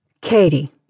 Katie